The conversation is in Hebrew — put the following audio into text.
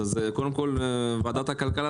אז קודם כל ועדת הכלכלה,